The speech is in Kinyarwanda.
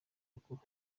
rukuru